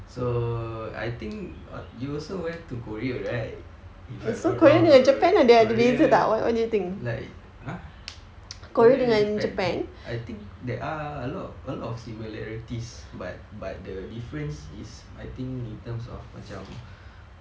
so I think you also went to korea right if I'm not wrong korea like !huh! korea and japan I think there are a lot of similarities but but the difference is I think in the terms of macam